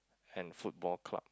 and football club